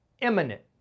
Imminent